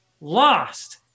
lost